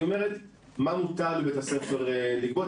מה מותר לבית הספר לגבות.